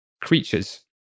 creatures